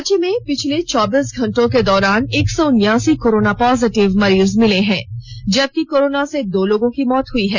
राज्य में पिछले चौबीस घंटों के दौरान के एक सौ उन्यासी कोरोना पॉजिटिव मरीज मिले हैं जबकि कोरोना से दो लोगों की मौत हुई है